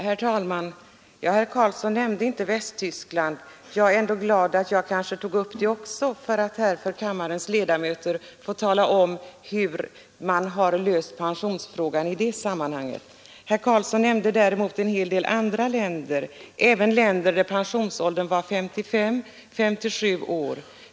Herr talman! Herr Carlsson i Vikmanshyttan nämnde inte Västtyskland. Jag är ändå glad att jag tog upp också det landet för att få tala om för kammarens ledamöter hur man löst pensionsfrågan i det sammanhanget. Herr Carlsson nämnde däremot en hel del andra länder — även länder där pensionsåldern var 55 och 57 år.